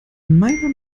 meiner